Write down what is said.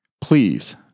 Please